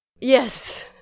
Yes